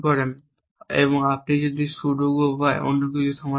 অথবা আপনি যদি সুডোকু বা কিছু সমাধান করেন